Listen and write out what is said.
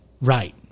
right